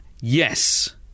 yes